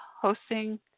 hosting